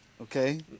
Okay